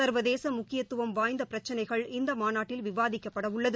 சர்வதேசமுக்கியத்துவம் வாய்ந்தபிரச்சினைகள் இந்தமாநாட்டில் விவாதிக்கப்படஉள்ளது